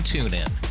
TuneIn